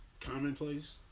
commonplace